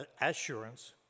assurance